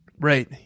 Right